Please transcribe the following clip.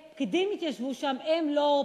שפקידים התיישבו שם, והם לא פולשים.